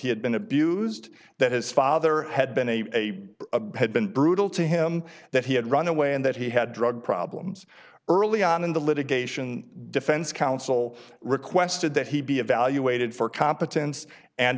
he had been abused that his father had been a had been brutal to him that he had run away and that he had drug problems early on in the litigation defense counsel requested that he be evaluated for competence and